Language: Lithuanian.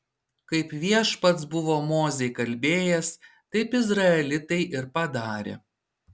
kaip viešpats buvo mozei kalbėjęs taip izraelitai ir padarė